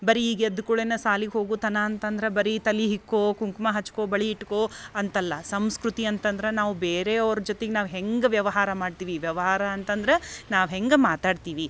ಬರೀ ಈಗ ಎದ್ದ ಕೂಳೆನ ಸಾಲಿಗೆ ಹೋಗುತನಾ ಅಂತಂದ್ರ ಬರೀ ತಲೆ ಹಿಕ್ಕೋ ಕುಂಕುಮ ಹಚ್ಕೊ ಬಳೆ ಇಟ್ಕೋ ಅಂತಲ್ಲ ಸಂಸ್ಕೃತಿ ಅಂತಂದ್ರ ನಾವು ಬೇರೆಯವರ ಜೊತಿಗೆ ನಾವು ಹೆಂಗೆ ವ್ಯವಹಾರ ಮಾಡ್ತೀವಿ ವ್ಯವಹಾರ ಅಂತಂದ್ರ ನಾವು ಹೆಂಗೆ ಮಾತಾಡ್ತೀವಿ